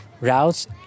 routes